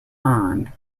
earned